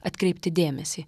atkreipti dėmesį